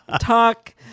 talk